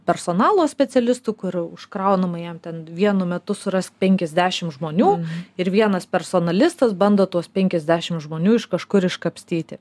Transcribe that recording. personalo specialistu kur užkraunama jam ten vienu metu surask penkiasdešim žmonių ir vienas personalistas bando tuos penkiasdešim žmonių iš kažkur iškapstyti